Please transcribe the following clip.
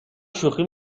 شوخی